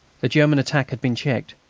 the german attack had been checked,